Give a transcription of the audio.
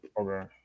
Okay